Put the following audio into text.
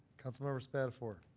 councilmember spadafore.